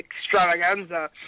extravaganza